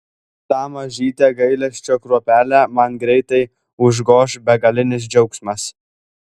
tą mažytę gailesčio kruopelę man greitai užgoš begalinis džiaugsmas